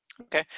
Okay